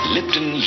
Lipton